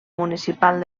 municipal